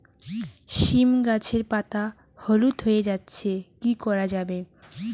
সীম গাছের পাতা হলুদ হয়ে যাচ্ছে কি করা যাবে?